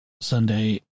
Sunday